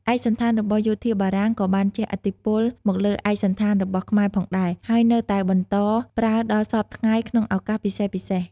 ឯកសណ្ឋានរបស់យោធាបារាំងក៏បានជះឥទ្ធិពលមកលើឯកសណ្ឋានរបស់ខ្មែរផងដែរ ហើយនៅតែបន្តប្រើដល់សព្វថ្ងៃក្នុងឱកាសពិសេសៗ។